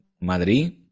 Madrid